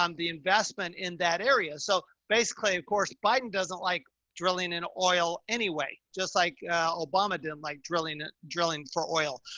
um the investment in that area. so basically of course, biden, doesn't like drilling an oil anyway, just like a obama. didn't like drilling, drilling for oil.